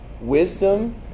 wisdom